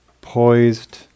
poised